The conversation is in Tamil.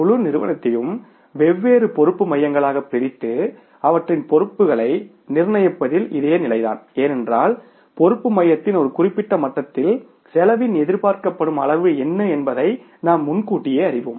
முழு நிறுவனத்தையும் வெவ்வேறு பொறுப்பு மையங்களாகப் பிரித்து அவற்றின் பொறுப்புகளை நிர்ணயிப்பதில் இதே நிலைதான் ஏனென்றால் பொறுப்பு மையத்தின் ஒரு குறிப்பிட்ட மட்டத்தில் செலவின் எதிர்பார்க்கப்படும் அளவு என்ன என்பதை நாம் முன்கூட்டியே அறிவோம்